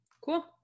cool